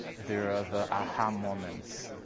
there are the ah ha moments,